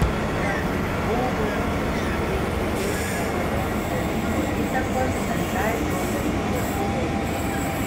rangovų rūpesčiai dėl didesnio pvm tarifo įtakos bendrai projektų darbų vertei